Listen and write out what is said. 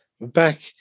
back